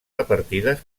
repartides